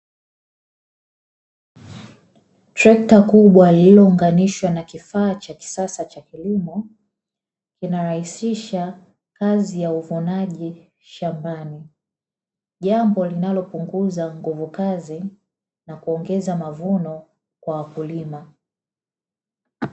Trekta kubwa lililounganishwa na kifaa cha kisasa cha kilimo, kinarahisisha kazi ya uvunaji shambani. Jambo linalopunguza nguvu kazi na kuongeza mavuno kwa wakulima.